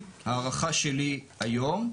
הערכה שלי היום,